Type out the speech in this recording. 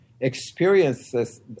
experiences